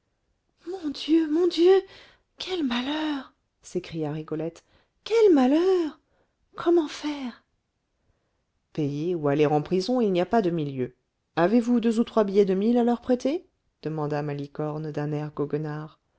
mon dieu mon dieu quel malheur s'écria rigolette quel malheur comment faire payer ou aller en prison il n'y a pas de milieu avez-vous deux ou trois billets de mille à leur prêter demanda malicorne d'un air goguenard